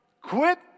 quit